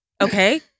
Okay